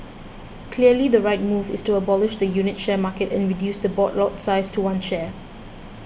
clearly the right move is to abolish the unit share market and reduce the board lot size to one share